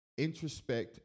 introspect